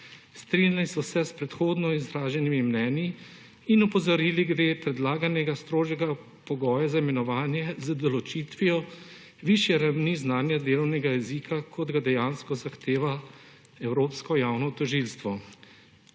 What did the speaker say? Strinjali so se s predhodno izraženimi mnenji in opozorili glede predlaganega strožjega pogoja za imenovanje z določitvijo višje ravni znanja delovnega jezika, kot ga dejansko zahteva Evropsko javno tožilstvo